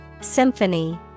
Symphony